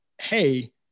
hey